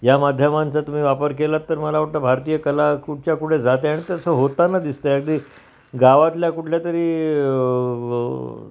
या माध्यमांचा तुम्ही वापर केला तर मला वाटतं भारतीय कलाकुच्याकु जाते आणि तसं होताना दिसतंय अगदी गावातल्या कुठल्यातरी